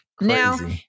Now